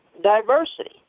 diversity